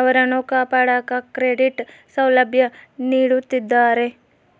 ಅವರನ್ನು ಕಾಪಾಡಾಕ ಕ್ರೆಡಿಟ್ ಸೌಲಭ್ಯ ನೀಡುತ್ತಿದ್ದಾರೆ